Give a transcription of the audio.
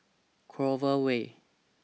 Clover Way